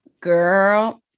Girl